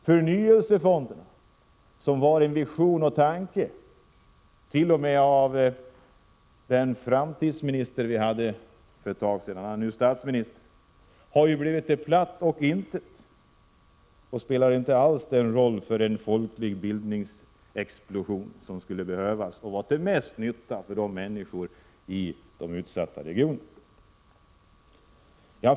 Förnyelsefonderna som var en visionär tanke av den framtidsminister vi hade för ett tag sedan — han är nu statsminister — har blivit till platt intet. De spelar inte alls den roll för en folklig bildningsexplosion som skulle behövas och som skulle vara till mest nytta för människorna i de utsatta regionerna.